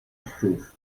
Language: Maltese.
ħfief